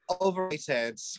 Overrated